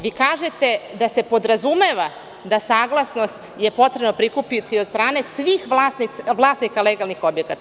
Vi kažete da se podrazumeva da je saglasnost potrebno prikupiti od strane svih vlasnika legalnih objekata.